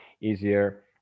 easier